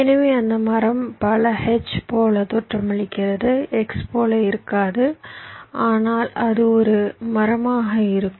எனவே அந்த மரம் பல H போல தோற்றமளிக்கிறது X போல இருக்காது ஆனால் அது ஒரு மரமாக இருக்கும்